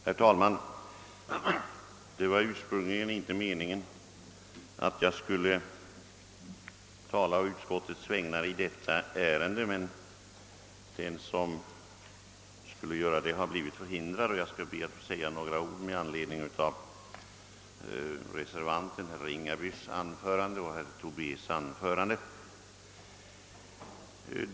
Herr talman! Det var inte meningen att jag skulle tala på utskottets vägnar i detta ärende, men den som fått uppgiften har blivit förhindrad, och jag ber då att få säga några ord med anledning av reservanten herr Ringabys och herr Tobés anföranden.